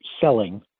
selling